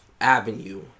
Avenue